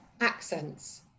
accents